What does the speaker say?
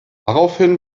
daraufhin